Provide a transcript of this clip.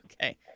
Okay